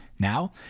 Now